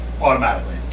Automatically